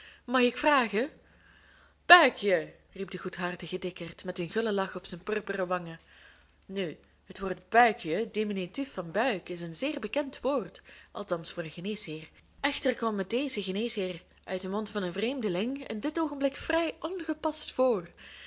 mag ik vragen buikje riep de goedhartige dikkerd met een gullen lach op zijn purperen wangen nu het woord buikje diminutief van buik is een zeer bekend woord althans voor een geneesheer echter kwam het dezen geneesheer uit den mond van een vreemdeling in dit oogenblik vrij ongepast voor